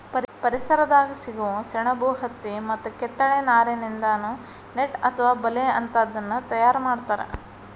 ಪರಿಸರದಾಗ ಸಿಗೋ ಸೆಣಬು ಹತ್ತಿ ಮತ್ತ ಕಿತ್ತಳೆ ನಾರಿನಿಂದಾನು ನೆಟ್ ಅತ್ವ ಬಲೇ ಅಂತಾದನ್ನ ತಯಾರ್ ಮಾಡ್ತಾರ